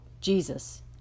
Jesus